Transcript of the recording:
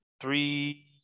three